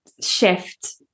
shift